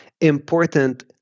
important